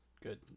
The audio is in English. good